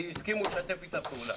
הסכימו לשתף איתה פעולה,